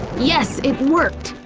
yes! it worked!